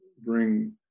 bring